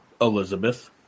Elizabeth